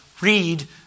read